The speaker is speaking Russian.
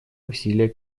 усилия